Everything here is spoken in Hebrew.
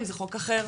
אם זה חוק אחר,